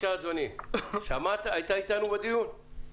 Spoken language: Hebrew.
שמעת את הדברים הקודמים?